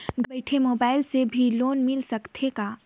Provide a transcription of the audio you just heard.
घर बइठे मोबाईल से भी लोन मिल सकथे का?